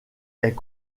est